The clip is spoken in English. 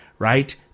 right